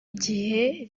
igihe